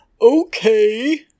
okay